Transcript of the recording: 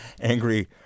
Angry